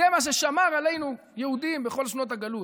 זה מה ששמר עלינו יהודים בכל שנות הגלות.